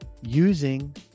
using